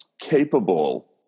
capable